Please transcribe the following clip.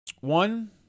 One